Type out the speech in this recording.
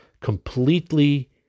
completely